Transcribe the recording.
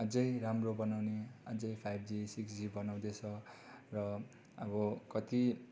अझै राम्रो बनाउने अझै फाइभ जी सिक्स जी बनाउँदैछ र अब कति